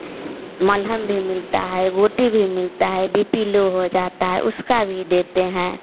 मरहम भी मिलता है रोटी भी मिलता है बी पी लो हो जाता है उसका भी देते हैं